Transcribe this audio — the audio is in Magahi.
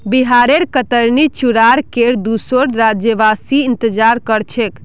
बिहारेर कतरनी चूड़ार केर दुसोर राज्यवासी इंतजार कर छेक